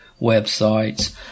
websites